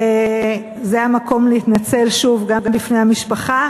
וזה המקום להתנצל שוב גם בפני המשפחה